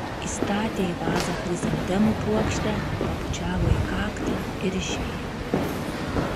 įstatė į vazą chrizantemų puokštę pabučiavo į kaktą ir išėjo